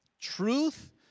Truth